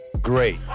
great